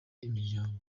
imiryango